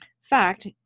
Fact